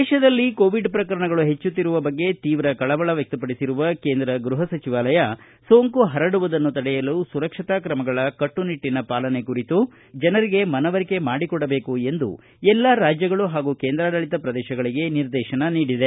ದೇಶದಲ್ಲಿ ಕೋವಿಡ್ ಪ್ರಕರಣಗಳು ಹೆಚ್ಚುತ್ತಿರುವ ಬಗ್ಗೆ ತೀವ್ರ ಕಳವಳ ವ್ಯಕ್ತಪಡಿಸಿರುವ ಕೇಂದ್ರ ಗ್ಲಪ ಸಚಿವಾಲಯ ಸೋಂಕು ಪರಡುವುದನ್ನು ತಡೆಯಲು ಸುರಕ್ಷತಾ ಕ್ರಮಗಳ ಕಟ್ಟುನಿಟ್ಟಿನ ಪಾಲನೆ ಕುರಿತು ಜನರಿಗೆ ಮನವರಿಕೆ ಮಾಡಿಕೊಡಬೇಕು ಎಂದು ಎಲ್ಲಾ ರಾಜ್ಯಗಳು ಮತ್ತು ಕೇಂದ್ರಾಡಳಿತ ಪ್ರದೇಶಗಳಿಗೆ ನಿರ್ದೇಶನ ನೀಡಿದೆ